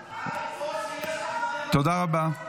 תודה רבה.